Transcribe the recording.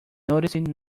noticing